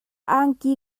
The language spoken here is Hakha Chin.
angki